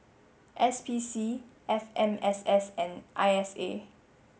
S P C F M S S and I S A